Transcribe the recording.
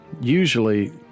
usually